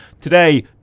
Today